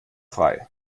frei